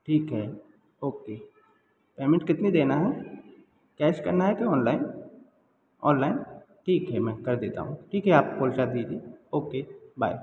ठीक है okay payment कितनी देना है कैश करना है की ऑनलाइन ऑनलाइन ठीक है मैं कर देता हूँ ठीक है आप पहुँचा दीजि ओके बाय